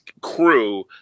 crew